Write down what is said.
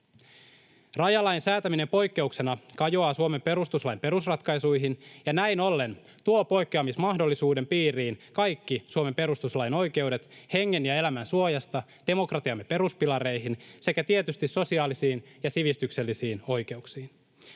Rajalain säätäminen poikkeuksena kajoaa Suomen perustuslain perusratkaisuihin ja näin ollen tuo poikkeamismahdollisuuden piiriin kaikki Suomen perustuslain oikeudet hengen ja elämän suojasta demokratiamme peruspilareihin sekä tietysti sosiaalisiin ja sivistyksellisiin oikeuksiin.